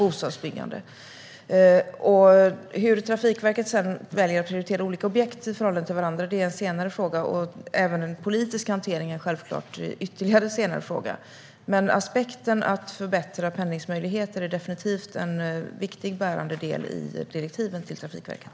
Hur sedan Trafikverket väljer att prioritera olika objekt är en senare fråga. Den politiska hanteringen blir ytterligare en senare fråga. Men att förbättra pendlingsmöjligheter är definitivt en viktig bärande del i direktiven till Trafikverket.